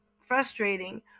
frustrating